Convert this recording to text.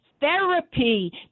therapy